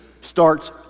starts